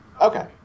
Okay